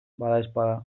badaezpada